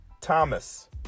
Thomas